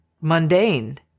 mundane